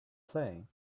playing